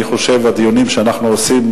אני חושב שהדיונים שאנחנו עושים,